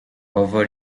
over